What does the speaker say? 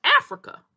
Africa